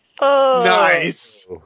Nice